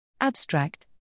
Abstract